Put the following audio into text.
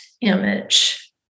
image